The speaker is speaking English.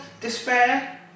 despair